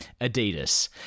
Adidas